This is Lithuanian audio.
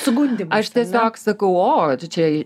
sugundymas aš tiesiog sakau o čia